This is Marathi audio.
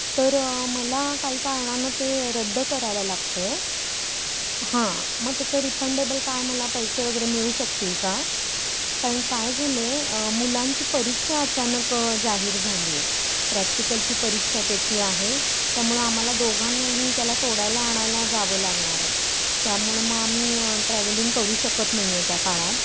तर मला काही कारणानं ते रद्द करायला लागतं आहे हां मग त्याचं रिफंडेबल काय मला पैसे वगैरे मिळू शकतील का कारण काय झालं आहे मुलांची परीक्षा अचानक जाहीर झाली आहे प्रॅक्टिकलची परीक्षा त्याची आहे त्यामुळं आम्हाला दोघांनाही त्याला सोडायला आणायला जावं लागणार आहे त्यामुळं मग आम्ही ट्रॅव्हलिंग करू शकत नाही आहे त्या काळात